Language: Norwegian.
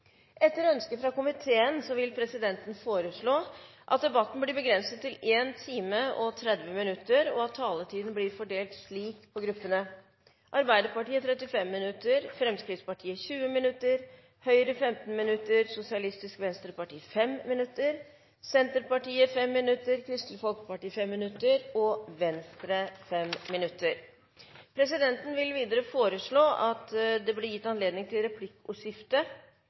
time og 30 minutter, og at taletiden blir fordelt slik: Arbeiderpartiet 35 minutter, Fremskrittspartiet 20 minutter, Høyre 15 minutter, Sosialistisk Venstreparti 5 minutter, Senterpartiet 5 minutter, Kristelig Folkeparti 5 minutter og Venstre 5 minutter. Videre vil presidenten foreslå at det blir gitt anledning til replikkordskifte